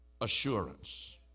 assurance